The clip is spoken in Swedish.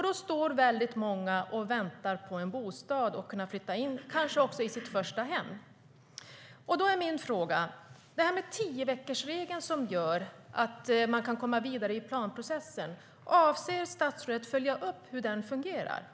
Det är väldigt många som står och väntar på en bostad att flytta in i, och för många handlar det kanske om det första hemmet. När det gäller tioveckorsregeln för att komma vidare i planprocessen undrar jag om statsrådet avser att följa upp hur den fungerar.